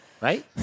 Right